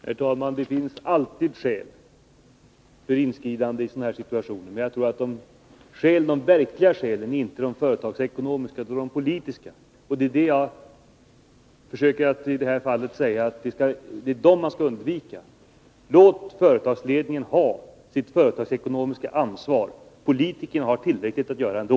Herr talman! Det finns alltid skäl för inskridande i sådana här situationer. Men jag tror att de verkliga skälen inte är de företagsekonomiska utan de politiska. Jag försöker i det här fallet säga att det är dem man skall undvika. Låt företagsledningen ta sitt företagsekonomiska ansvar! Politikerna har tillräckligt att göra ändå.